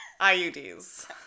IUDs